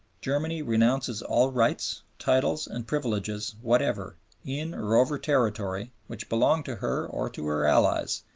germany renounces all rights, titles and privileges whatever in or over territory which belonged to her or to her allies,